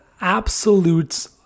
absolute